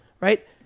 Right